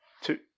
Two